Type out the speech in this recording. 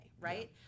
right